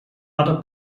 other